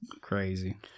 crazy